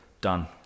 Done